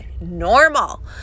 normal